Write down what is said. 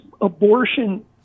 abortion